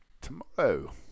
tomorrow